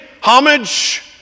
homage